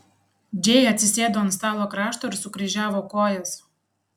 džėja atsisėdo ant stalo krašto ir sukryžiavo kojas